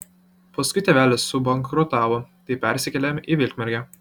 paskui tėvelis subankrutavo tai persikėlėm į vilkmergę